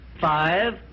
five